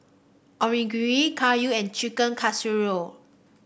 Onigiri Kayu and Chicken Casserole